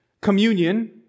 Communion